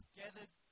gathered